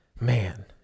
man